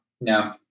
no